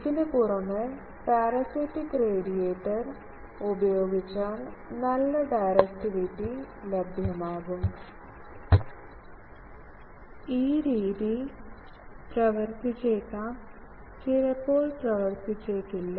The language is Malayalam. ഇതിനു പുറമേ പരാസിറ്റിക് റേഡിയേറ്റർ ഉപയോഗിച്ചാൽ നല്ല ഡയറക്റ്റിവിറ്റി ലഭ്യമാക്കാം ഈ രീതി പ്രവർത്തിച്ചേക്കാം ചിലപ്പോൾ പ്രവർത്തിച്ചേക്കില്ല